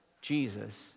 Jesus